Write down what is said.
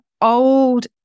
old